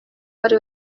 ari